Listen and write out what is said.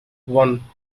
one